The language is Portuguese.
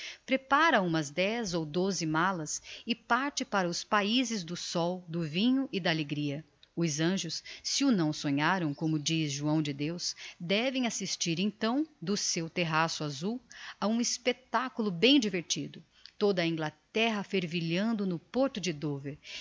prepara umas dez ou doze malas e parte para os paizes do sol do vinho e da alegria os anjos se o não sonharam como diz joão de deus devem assistir então do seu terraço azul a um espectaculo bem divertido toda a inglaterra fervilhando no porto de